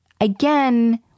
again